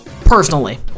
personally